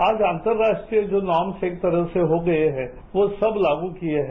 आज अंतर्राष्ट्रीय जो नॉर्म्स एक तरह से हो गए हैं वो सब लागू किए हैं